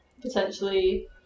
potentially